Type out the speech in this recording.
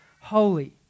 holy